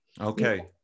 Okay